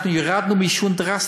אנחנו ירדנו בעישון דרסטית.